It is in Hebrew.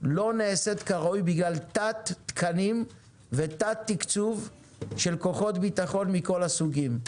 לא נעשית כראוי בגלל תת תקנים ותת תקצוב של כוחות ביטחון מכל הסוגים,